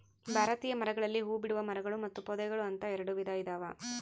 ಭಾರತೀಯ ಮರಗಳಲ್ಲಿ ಹೂಬಿಡುವ ಮರಗಳು ಮತ್ತು ಪೊದೆಗಳು ಅಂತ ಎರೆಡು ವಿಧ ಇದಾವ